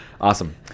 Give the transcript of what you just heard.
Awesome